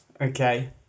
Okay